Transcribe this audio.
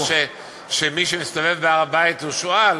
ולומר שמי שמסתובב בהר-הבית הוא שועל.